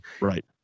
Right